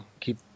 keep